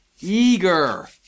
Eager